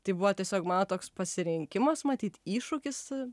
tai buvo tiesiog mano toks pasirinkimas matyt iššūkis